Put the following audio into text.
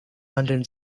london